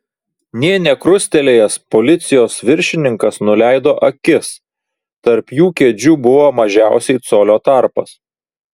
nė nekrustelėjęs policijos viršininkas nuleido akis tarp jų kėdžių buvo mažiausiai colio tarpas